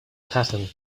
pattern